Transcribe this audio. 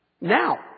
Now